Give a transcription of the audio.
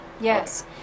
Yes